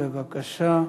בבקשה,